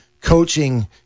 coaching